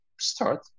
start